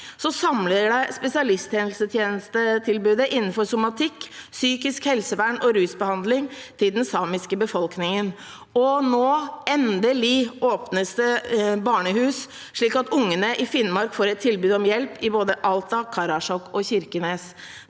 samlet det spesialisthelsetjenestetilbudet innenfor somatikk, psykisk helsevern og rusbehandling til den samiske befolkningen, og nå åpnes det endelig barnehus, slik at ungene i Finnmark får et tilbud om hjelp i både Alta, Karasjok og Kirkenes.